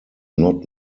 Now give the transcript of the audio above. not